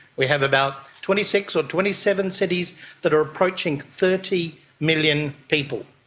we have about twenty six or twenty seven cities that are approaching thirty million people.